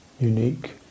unique